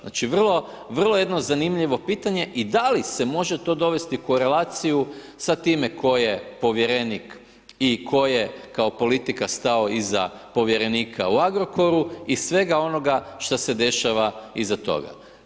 Znači vrlo jedno zanimljivo pitanje i da li se može dovesti to u korelaciju sa time sa time tko je povjerenik i tko je kao politika stao iza povjerenika u Agrokoru i svega onoga šta se dešava iza toga.